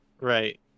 Right